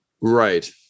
right